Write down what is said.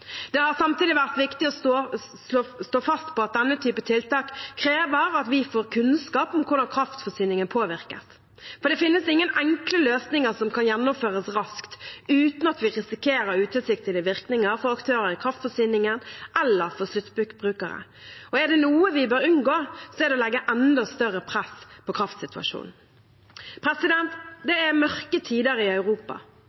Det har samtidig vært viktig å stå fast på at denne typen tiltak krever at vi får kunnskap om hvordan kraftforsyningen påvirkes. Det finnes ingen enkle løsninger som kan gjennomføres raskt, uten at vi risikerer utilsiktede virkninger for aktører i kraftforsyningen eller for sluttbrukere. Og er det noe vi bør unngå, er det å legge enda større press på kraftsituasjonen.